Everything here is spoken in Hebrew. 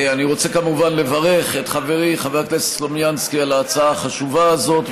אני רוצה כמובן לברך את חברי חבר הכנסת סלומינסקי על ההצעה החשובה הזאת,